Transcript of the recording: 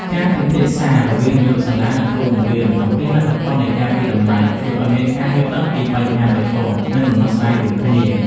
ការពិភាក្សារវាងនាយកសាលានិងគ្រូបង្រៀនអំពីលទ្ធផលនៃការវាយតម្លៃជួយឱ្យមានការយល់ដឹងពីបញ្ហាប្រឈមនិងដំណោះ ស្រាយរួមគ្នា។